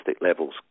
levels